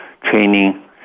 training